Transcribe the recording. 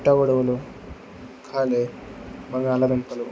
పుట్ట గొడుగులు కాగే బంగాళదుంపలు